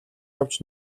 явж